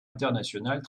internationales